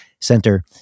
center